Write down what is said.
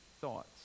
thoughts